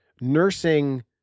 nursing